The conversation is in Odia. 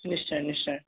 ନିଶ୍ଚୟ ନିଶ୍ଚୟ